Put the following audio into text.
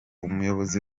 umuyobozi